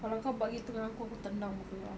kalau kau buat gitu dengan aku aku tendang muka kau